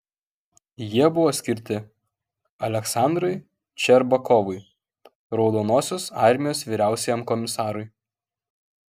jie buvo skirti aleksandrui ščerbakovui raudonosios armijos vyriausiajam komisarui